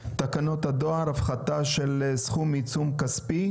בהצעת תקנות הדואר (הפחתה של סכום עיצום כספי)